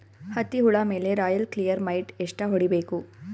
ಹತ್ತಿ ಹುಳ ಮೇಲೆ ರಾಯಲ್ ಕ್ಲಿಯರ್ ಮೈಟ್ ಎಷ್ಟ ಹೊಡಿಬೇಕು?